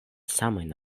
samajn